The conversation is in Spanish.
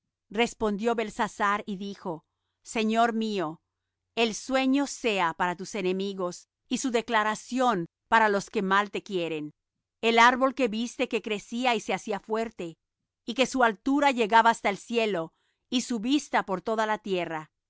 respondió beltsasar y dijo señor mío el sueño sea para tus enemigos y su declaración para los que mal te quieren el árbol que viste que crecía y se hacía fuerte y que su altura llegaba hasta el cielo y su vista por toda la tierra y